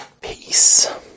Peace